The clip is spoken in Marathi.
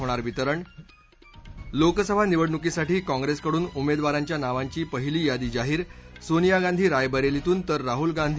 होणार वितरण लोकसभा निवडणुकीसाठी काँग्रेसकडून उमेदवारांच्या नावांची पहिली यादी जाहीर सोनिया गांधी रायबरेलीतून तर राहुल गांधी